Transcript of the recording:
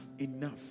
Enough